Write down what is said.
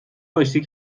آشتی